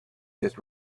yet